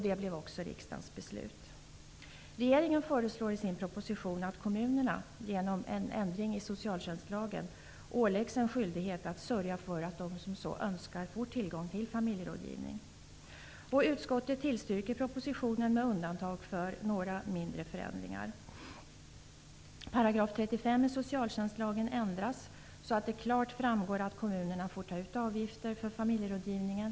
Det blev också riksdagens beslut. Regeringen föreslår i sin proposition att kommunerna, genom en ändring i socialtjänstlagen, åläggs en skyldighet att sörja för att de som så önskar får tillgång till familjerådgivning. Utskottet tillstyrker propositionen med undantag för några mindre förändringar. 35 § i socialtjänstlagen ändras, så att det klart framgår att kommunerna får ta ut avgifter för familjerådgivningen.